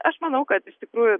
aš manau kad iš tikrųjų